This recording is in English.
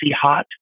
hot